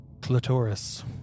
Clitoris